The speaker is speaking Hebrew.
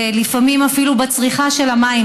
לפעמים אפילו על צריכה של המים.